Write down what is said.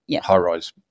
high-rise